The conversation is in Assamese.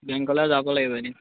বেংকলৈ যাব লাগিব এদিন